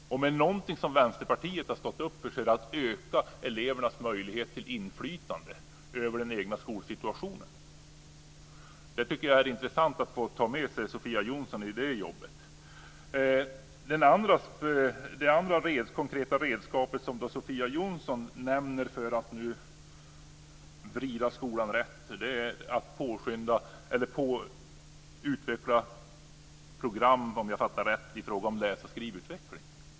Om det är någonting som Vänsterpartiet har stått upp för är det att öka elevernas möjlighet till inflytande över den egna skolsituationen. Jag tycker att det skulle vara intressant att få med Sofia Jonsson i det jobbet. Det andra redskap för att vrida skolan rätt som Sofia Jonsson nämner är program för läs och skrivutveckling.